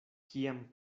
kiam